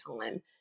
time